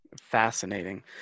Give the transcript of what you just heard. fascinating